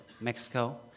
Mexico